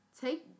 Take